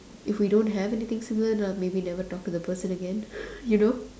if we don't have anything similar then maybe I'll never talk to the person again you know